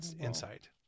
insight